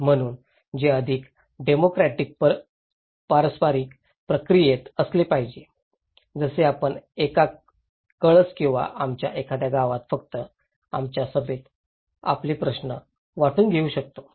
म्हणून ते अधिक डेमोक्रॅटिक पारस्परिक प्रक्रियेत असले पाहिजे जसे आपण एका कळस किंवा आमच्या एखाद्या गावात फक्त आमच्या सभेत आपले प्रश्न वाटून घेऊ शकतो